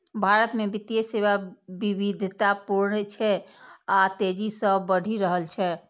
भारत मे वित्तीय सेवा विविधतापूर्ण छै आ तेजी सं बढ़ि रहल छै